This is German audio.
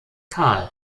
kahl